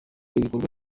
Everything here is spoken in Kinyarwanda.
ibikorwa